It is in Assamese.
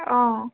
অঁ